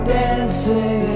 dancing